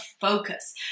focus